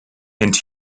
and